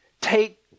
take